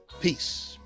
Peace